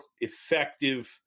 effective